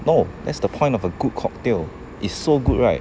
no that's the point of a good cocktail is so good right